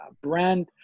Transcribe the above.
brand